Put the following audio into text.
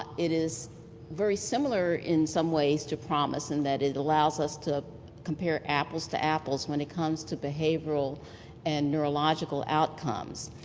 it is very similar in some ways to promis in that it allows us to compare apples to apples when it comes to behavioral and neurological outcomes.